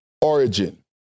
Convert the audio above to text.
origin